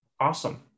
Awesome